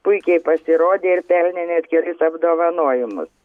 puikiai pasirodė ir pelnė net kelis apdovanojimus